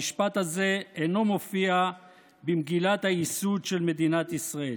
המשפט הזה אינו מופיע במגילת היסוד של מדינת ישראל.